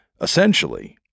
essentially